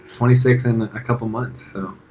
twenty six in a couple of months. so